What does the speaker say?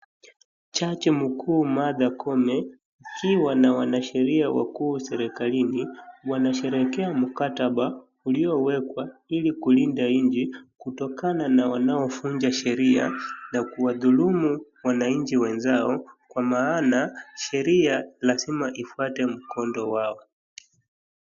Jaji mkuu Martha Koome, akiwa na wanasheria wakuu serikali, wanasherehekea mkataba uliowekwa ili kulinda nchi kutokana na wanaovunja sheria na kuwadhulumu wananchi wenzao kwa maana sheria lazima ifuate mkondo wao.